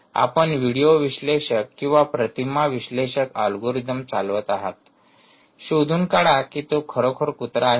आपण व्हिडिओ विश्लेषक किंवा प्रतिमा विश्लेषक अल्गोरिदम चालवत आहात शोधून काढा की तो खरोखर कुत्रा आहे का